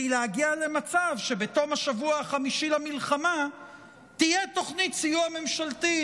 להגיע למצב שבתום השבוע החמישי למלחמה תהיה תוכנית סיוע ממשלתית,